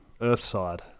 Earthside